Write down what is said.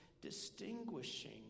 distinguishing